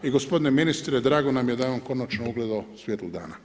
I gospodine ministre drago nam je da je on konačno ugledao svjetlo dana.